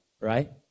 right